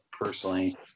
personally